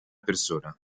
persona